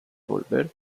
volver